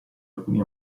alcuni